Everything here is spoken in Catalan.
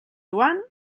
joan